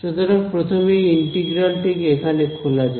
সুতরাং প্রথমে এই ইন্টিগ্রাল টি কে এখানে খোলা যাক